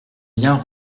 bien